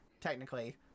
technically